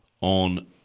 on